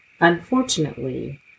Unfortunately